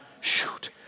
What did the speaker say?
Shoot